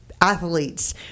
athletes